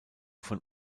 von